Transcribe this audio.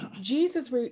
Jesus